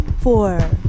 four